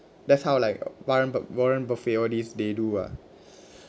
that's how like warren bu~ warren buffet all these they do ah